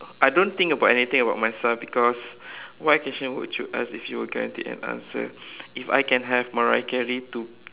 I don't think about anything about myself because what question would you ask if you were guaranteed an answer if I can have Mariah-Carey to